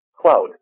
Cloud